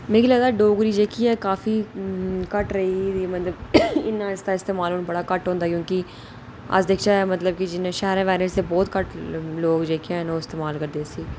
मिगी लगदा डोगरी जेह्ड़ी ऐ काफी घट्ट रेही दी ऐ मतलव इसदा इस्तेमाल हुन काफी घट्ट होंदा ऐ क्यूंकि ते अस दिखचै अगर ते शैह्रै च बोह्त घट्ट लोग इस्तेमाल करदे उसी